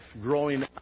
growing